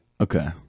Okay